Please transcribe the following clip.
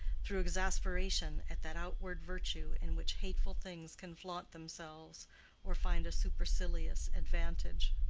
through exasperation at that outward virtue in which hateful things can flaunt themselves or find a supercilious advantage.